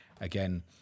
Again